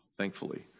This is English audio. Thankfully